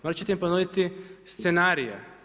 Morat ćete im ponuditi scenarije.